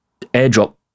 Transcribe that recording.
AirDrop